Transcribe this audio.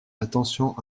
attention